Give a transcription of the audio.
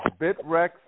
BitREx